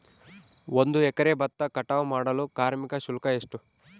ಒಂದು ಎಕರೆ ಭತ್ತ ಕಟಾವ್ ಮಾಡಲು ಕಾರ್ಮಿಕ ಶುಲ್ಕ ಎಷ್ಟು?